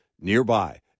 nearby